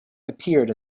appeared